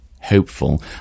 hopeful